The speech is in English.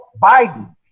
Biden